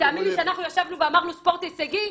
תאמין לי שאנחנו ישבנו ואמרנו ספורט הישגי,